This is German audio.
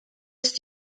ist